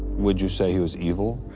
would you say he was evil?